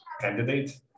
candidate